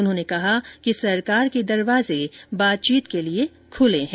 उन्होंने कहा कि सरकार के दरवाजे बातचीत के लिए खुले हैं